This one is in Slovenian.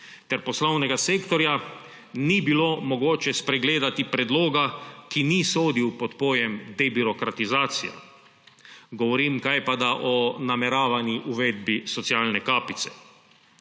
ter poslovnega sektorja, ni bilo mogoče spregledati predloga, ki ni sodil pod pojem debirokratizacije. Govorim pa kajpada o nameravani uvedbi socialne kapice.